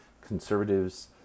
conservatives